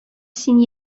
син